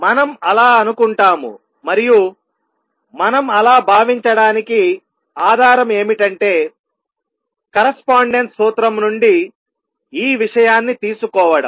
మనం అలా అనుకుంటాము మరియు మనం అలా భావించడానికి ఆధారం ఏమిటంటే కరస్పాండెన్స్ సూత్రం నుండి ఈ విషయాన్ని తీసుకోవడం